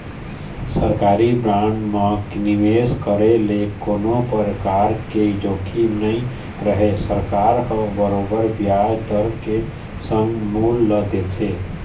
सरकारी बांड म निवेस करे ले कोनो परकार के जोखिम नइ रहय सरकार ह बरोबर बियाज दर के संग मूल ल देथे